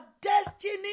destiny